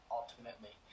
ultimately